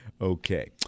Okay